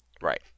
Right